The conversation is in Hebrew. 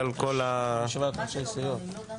(הישיבה נפסקה בשעה 12:50 ונתחדשה